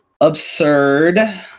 absurd